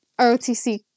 ROTC